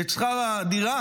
שאת שכר הדירה,